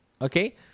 Okay